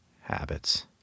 habits